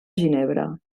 ginebra